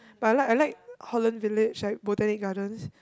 but I like I like Holland-Village like Botanic-Gardens